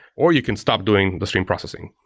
or you can stop doing the stream processing.